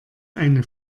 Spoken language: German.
eine